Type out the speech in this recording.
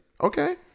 Okay